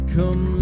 Come